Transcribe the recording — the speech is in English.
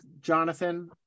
jonathan